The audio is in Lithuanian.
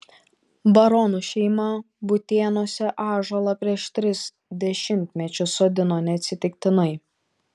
baronų šeima butėnuose ąžuolą prieš tris dešimtmečius sodino neatsitiktinai